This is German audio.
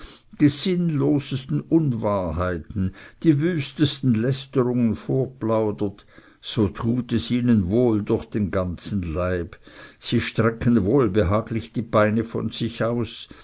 die sinnlosesten unwahrheiten die wüstesten lästerungen vorplaudert so tut es ihnen wohl durch den ganzen leib sie strecken wohlbehaglich die beine von sich aus